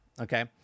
okay